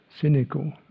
cynical